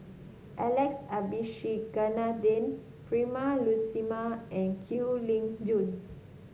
Alex Abisheganaden Prema Letchumanan and Kwek Leng Joo